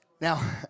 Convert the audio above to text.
Now